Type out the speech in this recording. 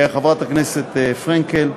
חברת הכנסת פרנקל,